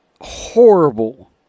horrible